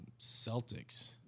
Celtics